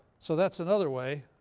so, that's another way